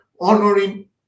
honoring